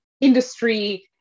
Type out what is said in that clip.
industry